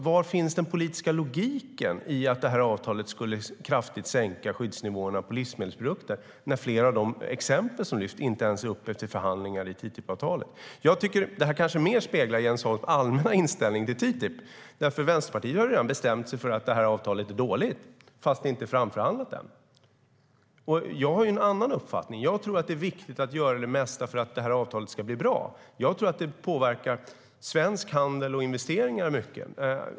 Var finns den politiska logiken i att det här avtalet kraftigt skulle sänka skyddsnivåerna på livsmedelsprodukter när flera av de exempel som lyfts fram inte ens är uppe till förhandlingar i TTIP-avtalet? Det kanske mer speglar Jens Holms allmänna inställning till TTIP, för Vänsterpartiet har redan bestämt sig för att avtalet är dåligt, fast det inte är framförhandlat än. Jag har en annan uppfattning. Jag tror att det är viktigt att göra det mesta för att avtalet ska bli bra. Jag tror att det påverkar svensk handel och investeringar mycket.